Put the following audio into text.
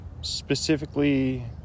specifically